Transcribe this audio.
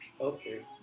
Okay